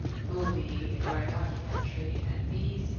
movie or a documentary and these